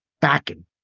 backing